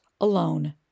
alone